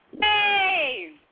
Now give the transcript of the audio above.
Hey